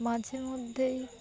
মাঝে মধ্যেই